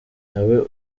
nawe